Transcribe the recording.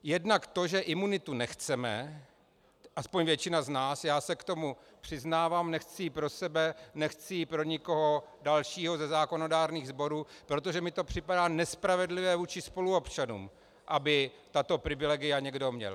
Jednak to, že imunitu nechceme, aspoň většina z nás, já se k tomu přiznávám nechci ji pro sebe, nechci ji pro nikoho dalšího ze zákonodárných sborů, protože mi to připadá nespravedlivé vůči spoluobčanům, aby tato privilegia někdo měl.